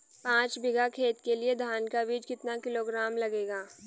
पाँच बीघा खेत के लिये धान का बीज कितना किलोग्राम लगेगा?